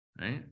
right